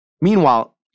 Meanwhile